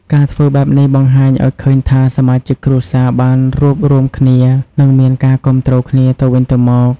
ការធ្វើបែបនេះបង្ហាញអោយឃើញថាសមាជិកគ្រួសារបានរួបរួមគ្នា និងមានការគាំទ្រគ្នាទៅវិញទៅមក។